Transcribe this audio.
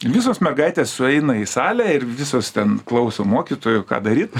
visos mergaitės sueina į salę ir visos ten klauso mokytojų ką daryt